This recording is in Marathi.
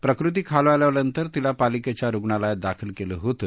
प्रकृती खालावल्यानंतर तिला पालिकेच्या रुग्णालयात दाखल केलं होतं